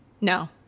no